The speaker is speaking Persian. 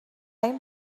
این